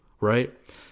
right